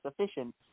sufficient